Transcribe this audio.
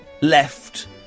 left